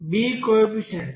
b coefficients